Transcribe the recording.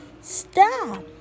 Stop